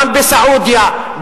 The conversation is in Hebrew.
גם בסעודיה,